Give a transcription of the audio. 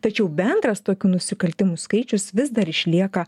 tačiau bendras tokių nusikaltimų skaičius vis dar išlieka